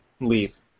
Leave